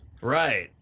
Right